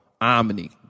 omni